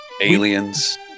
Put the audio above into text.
aliens